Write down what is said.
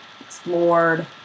explored